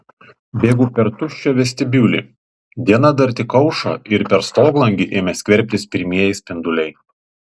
bėgau per tuščią vestibiulį diena dar tik aušo ir per stoglangį ėmė skverbtis pirmieji spinduliai